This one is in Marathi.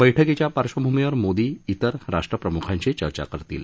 बैठकीच्या पार्श्वभूमीवर मोदी इतर राष्ट्रप्रमुखांशी चर्चा करतील